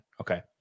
Okay